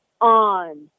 on